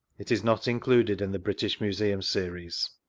it is not included in the british museum series.